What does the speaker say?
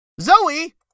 Zoe